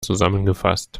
zusammengefasst